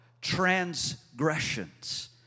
transgressions